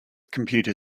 computer